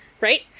Right